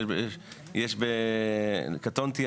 קטונתי,